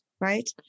right